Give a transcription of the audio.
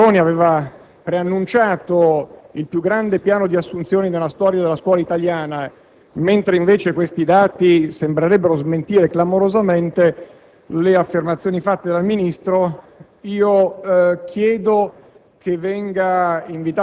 il ministro Fioroni aveva preannunciato il più grande piano di assunzioni nella storia della scuola italiana, mentre la realtà dei fatti sembrerebbe smentire clamorosamente tali affermazioni, chiedo che il Ministro